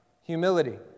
humility